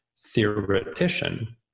theoretician